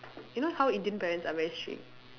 you know how Indian parents are very strict